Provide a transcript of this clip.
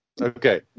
Okay